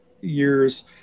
years